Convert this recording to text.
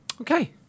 Okay